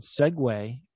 segue